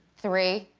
three,